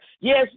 Yes